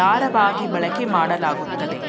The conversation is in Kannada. ದಾರವಾಗಿ ಬಳಕೆಮಾಡಲಾಗುತ್ತದೆ